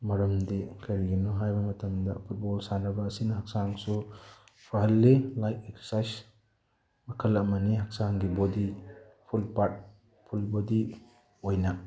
ꯃꯔꯝꯗꯤ ꯀꯔꯤꯒꯤꯅꯣ ꯍꯥꯏꯕ ꯃꯇꯝꯗ ꯐꯨꯠꯕꯣꯜ ꯁꯥꯟꯅꯕ ꯑꯁꯤꯅ ꯍꯛꯆꯥꯡꯁꯨ ꯐꯍꯜꯂꯤ ꯂꯥꯏꯛ ꯑꯦꯛꯁꯔꯁꯥꯏꯁ ꯃꯈꯜ ꯑꯃꯅꯤ ꯍꯛꯆꯥꯡꯒꯤ body full part full body ꯑꯣꯏꯅ